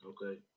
Okay